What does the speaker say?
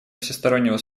всестороннего